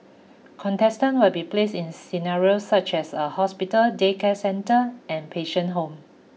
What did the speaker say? contestant will be placed in scenarios such as a hospital daycare centre and patient home